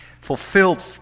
fulfilled